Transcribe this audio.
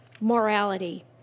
morality